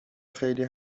خیلی